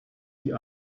die